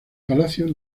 palacio